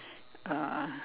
uh